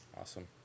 Awesome